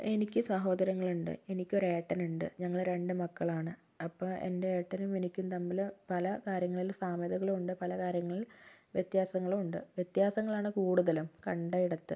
എനിക്ക് സഹോദരങ്ങളുണ്ട് എനിക്കൊരു ഏട്ടൻ ഉണ്ട് ഞങ്ങൾ രണ്ടു മക്കളാണ് അപ്പോൾ എൻ്റെ ഏട്ടനും എനിക്കും തമ്മിൽ പല കാര്യങ്ങളിൽ സാമ്യതകളും ഉണ്ട് പലകാര്യങ്ങളിൽ വ്യത്യാസങ്ങളുമുണ്ട് വ്യത്യാസങ്ങളാണ് കൂടുതലും കണ്ടയിടത്ത്